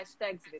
hashtags